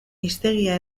hiztegia